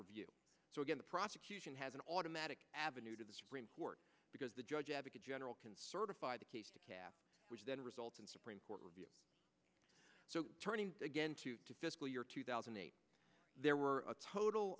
review so again the prosecution has an automatic avenue to the supreme court because the judge advocate general can certify the case which then results in supreme court review so turning again to the fiscal year two thousand and eight there were a total